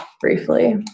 briefly